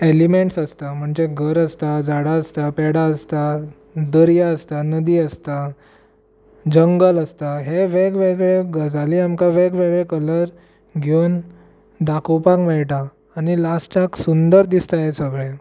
elements आसता म्हणजे घर आसता झाडां आसता पेडां आसता दर्यो आसता नदी आसता जंगल आसता हे वेगवेगळे गजाली आमकां वेगवेगळे कलर घेवन दाखोवपाक मेळटा आनी लास्टाक सुंदर दिसता हें सगळें